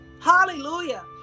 Hallelujah